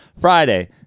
Friday